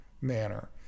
manner